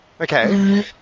Okay